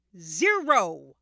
Zero